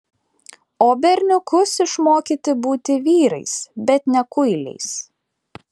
o berniukus išmokyti būti vyrais bet ne kuiliais